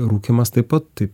rūkymas taip pat tai